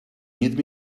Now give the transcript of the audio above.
need